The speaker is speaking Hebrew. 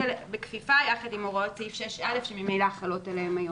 בכפיפה יחד עם הוראות סעיף 6א שממילא חלות עליהם היום.